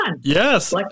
Yes